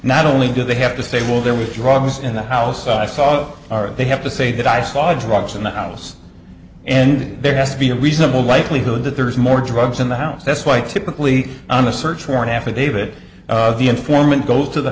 not only do they have to say well there was drugs in the house i saw are they have to say that i saw drugs in the house and there has to be a reasonable likelihood that there's more drugs in the house that's why typically on a search warrant affidavit the informant goes to the